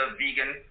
vegan